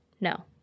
No